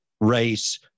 race